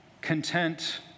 content